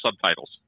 subtitles